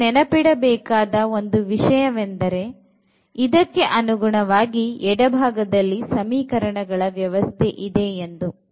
ನಾವು ನೆನಪಿಡಬೇಕಾದ ಒಂದು ವಿಷಯವೆಂದರೆ ಇದಕ್ಕೆ ಅನುಗುಣವಾಗಿ ಎಡಬಾಗದಲ್ಲಿ ಸಮೀಕರಣಗಳ ವ್ಯವಸ್ಥೆ ಇದೆ ಎಂದು